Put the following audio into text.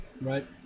right